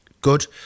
Good